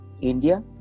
India